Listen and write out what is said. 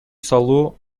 салуу